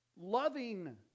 loving